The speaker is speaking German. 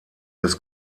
des